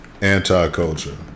anti-culture